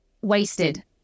wasted